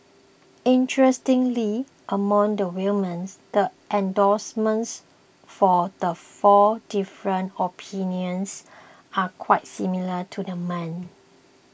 interestingly among the women the endorsements for the four different opinions are quite similar to the men